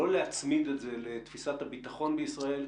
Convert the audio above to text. לא להצמיד את זה לתפיסת הביטחון בישראל,